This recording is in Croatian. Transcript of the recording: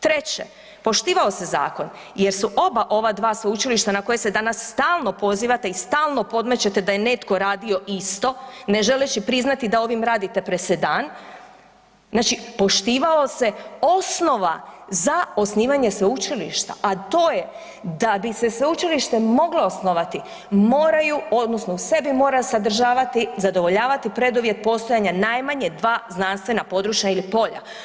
Treće, poštivao se zakon, jer su oba ova dva sveučilišta na koje se danas stalno pozivate i stalno podmećete da je netko radio isto ne želeći priznati da ovim radite presedan, znači poštivao se osnova za osnivanje sveučilišta, a to je da bi se sveučilište moglo osnovati, moraju odnosno u sebi mora sadržati, zadovoljavati preduvjet postojanja najmanje 2 znanstvena područja ili polja.